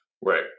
Right